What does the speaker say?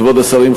כבוד השרים,